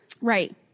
Right